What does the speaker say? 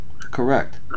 correct